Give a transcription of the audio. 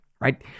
right